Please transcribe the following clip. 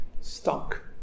stuck